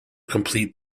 complete